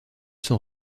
son